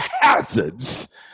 hazards